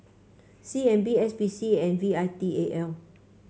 C N B S P C and V I T A L